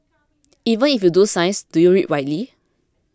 even if you do science do you read widely